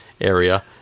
area